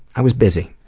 i was busy.